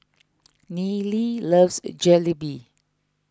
Nealy loves Jalebi